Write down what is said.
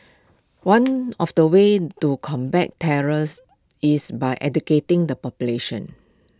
one of the ways to combat terrors is by educating the population